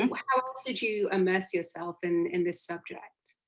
how did you immerse yourself and in the subject?